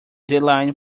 deadline